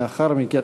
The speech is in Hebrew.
לאחר מכן,